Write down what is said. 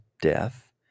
death